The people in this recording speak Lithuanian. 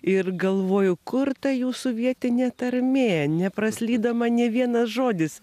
ir galvoju kur ta jūsų vietinė tarmė nepraslydo man nė vienas žodis